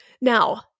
Now